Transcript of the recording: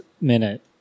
minute